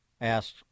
asked